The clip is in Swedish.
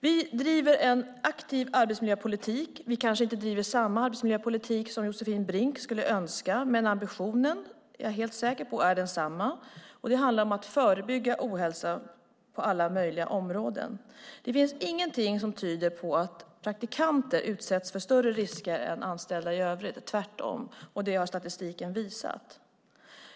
Vi driver en aktiv arbetsmiljöpolitik. Vi kanske inte driver samma arbetsmiljöpolitik som Josefin Brink skulle önska, men att ambitionen är densamma är jag helt säker på. Det handlar om att förebygga ohälsa på alla möjliga områden. Det finns heller ingenting som tyder på att praktikanter utsätts för större risker än anställda i övrigt - tvärtom. Det har statistiken visat.